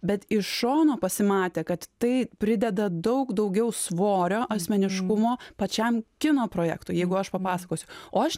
bet iš šono pasimatė kad tai prideda daug daugiau svorio asmeniškumo pačiam kino projektui jeigu aš papasakosiu o aš